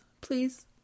please